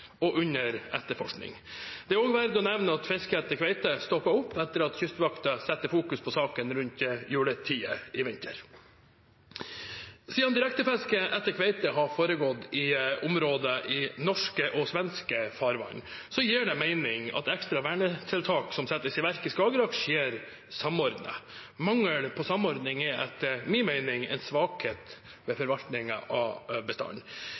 og under etterforskning. Det er også verd å nevne at fisket etter kveite stoppet opp etter at Kystvakten satte fokus på saken rundt juletider i vinter. Siden direktefisket etter kveite har foregått i områder i norske og svenske farvann, gir det mening at ekstra vernetiltak som settes i verk i Skagerrak, skjer samordnet. Mangel på samordning er etter min mening en svakhet ved forvaltningen av